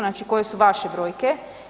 Znači koje su vaše brojke?